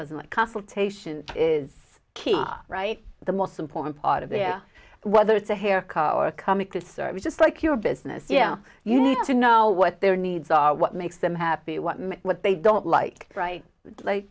doesn't like consultation is key right the most important part of their whether it's a hair or a comic this is just like your business yeah you need to know what their needs are what makes them happy what what they don't like